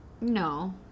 No